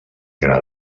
gra